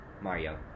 Mario